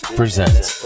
presents